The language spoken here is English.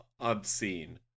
obscene